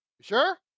sure